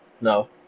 No